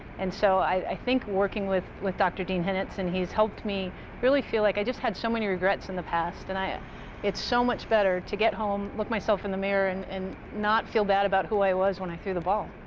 and so i think working with with dr. dean henets, and he's helped me really feel like i just had so many regrets in the past. and ah it's so much better to get home, look myself in the mirror and and not feel bad about who i was when i threw the ball.